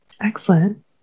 Excellent